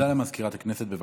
הודעה למזכירת הכנסת, בבקשה.